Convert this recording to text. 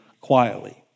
quietly